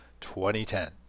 2010